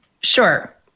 Sure